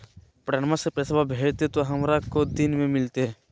पटनमा से पैसबा भेजते तो हमारा को दिन मे मिलते?